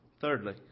Thirdly